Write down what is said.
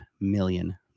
million